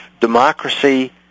democracy